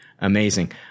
Amazing